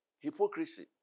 Hypocrisy